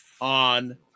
on